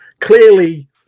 Clearly